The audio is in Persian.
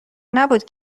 نبود